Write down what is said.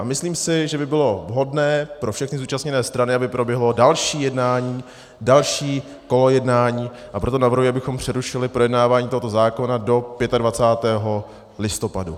A myslím si, že by bylo vhodné pro všechny zúčastněné strany, aby proběhlo další jednání, další kolo jednání, a proto navrhuji, abychom přerušili projednávání tohoto zákona do 25. listopadu.